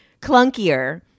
clunkier